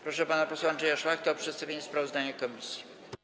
Proszę pana posła Andrzeja Szlachtę o przedstawienie sprawozdania komisji.